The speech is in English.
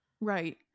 Right